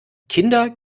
kinder